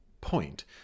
point